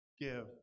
give